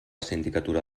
sindicatura